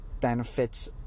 benefits